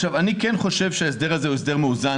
עכשיו, אני כן חושב שההסדר הזה הוא הסדר מאוזן.